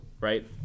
right